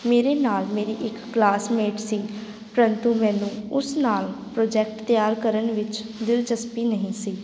ਮੇਰੇ ਨਾਲ ਮੇਰੀ ਇੱਕ ਕਲਾਸਮੇਟ ਸੀ ਪਰੰਤੂ ਮੈਨੂੰ ਉਸ ਨਾਲ ਪ੍ਰੋਜੈਕਟ ਤਿਆਰ ਕਰਨ ਵਿੱਚ ਦਿਲਚਸਪੀ ਨਹੀਂ ਸੀ